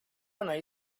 banana